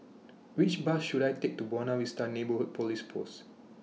Which Bus should I Take to Buona Vista Neighbourhood Police Post